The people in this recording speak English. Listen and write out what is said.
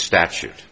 statute